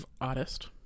artist